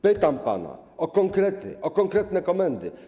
Pytam pana o konkrety, o konkretne komendy.